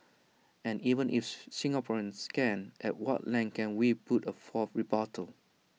and even if Singaporeans can at what length can we put forth A rebuttal